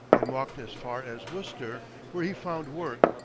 and walked as far as worcester, where he found work,